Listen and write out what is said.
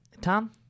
Tom